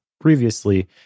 previously